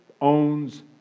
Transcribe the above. owns